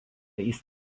jis